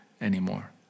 anymore